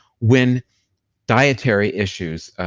when dietary issues,